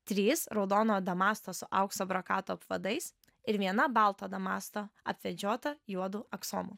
trys raudono damasto su aukso brokato apvadais ir viena balto damasto apvedžiota juodu aksomu